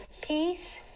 Peace